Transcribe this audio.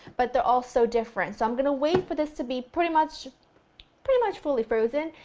but they're all so different. so, i'm going to wait for this to be pretty much pretty much fully frozen,